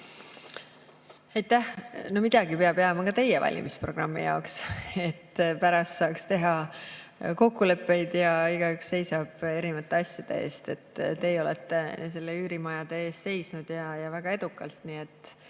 Aitäh! Midagi peab jääma ka teie valimisprogrammi jaoks, et pärast saaks teha kokkuleppeid. Igaüks seisab erinevate asjade eest. Teie olete nende üürimajade eest seisnud, ja väga edukalt. Nii et